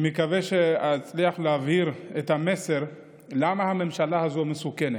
אני מקווה שאצליח להעביר את המסר למה הממשלה הזאת מסוכנת,